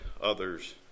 others